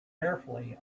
carefully